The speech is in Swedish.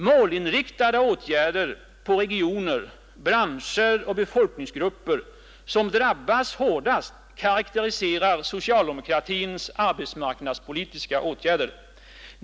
Målinriktade åtgärder på de regioner, branscher och befolkningsgrupper, som drabbas hårdast, karakteriserar socialdemokratins arbetsmarknadspolitiska åtgärder.